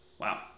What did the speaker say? Wow